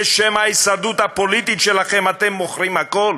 בשם ההישרדות הפוליטית שלכם אתם מוכרים הכול?